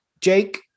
Jake